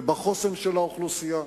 ובחוסן של האוכלוסייה.